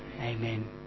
Amen